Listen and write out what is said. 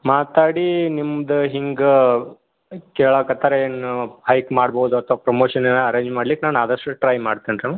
ಮಾತಾಡೀ ನಿಮ್ದು ಹೀಗೆ ಕೇಳೋಕತ್ತಾರೆ ಏನು ಹೈಕ್ ಮಾಡ್ಬೋದ ಅಥ್ವ ಪ್ರಮೋಷನ್ ಏನಾರು ಅರೆಂಜ್ ಮಾಡ್ಲಿಕ್ಕೆ ನಾನು ಆದಷ್ಟು ಟ್ರೈ ಮಾಡ್ತೀನಿ ರೀ